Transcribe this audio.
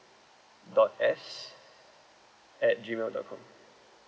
dot S at G mail dot com